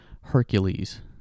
Hercules